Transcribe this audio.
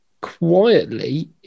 quietly